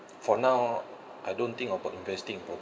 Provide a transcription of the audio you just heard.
for now I don't think about investing in